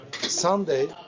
Sunday